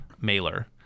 Mailer